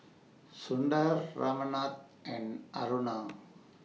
Sundar Ramnath and Aruna